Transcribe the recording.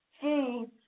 Food